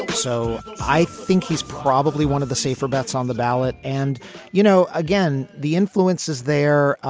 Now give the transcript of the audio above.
so i think he's probably one of the safer bets on the ballot. and you know, again, the influence is there.